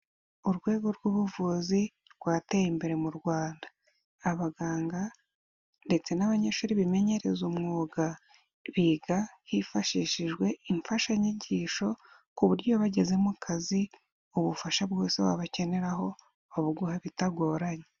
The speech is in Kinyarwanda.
Urwego rw'ubuvuzi rwateye imbere mu Rwanda. Abaganga ndetse n'abanyeshuri bimenyereza umwuga biga hifashishijwe imfashanyigisho ku buryo iyo bageze mu akazi, ubufasha bwose wabakeneraho babuguha bitagoranye.